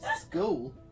School